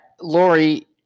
Lori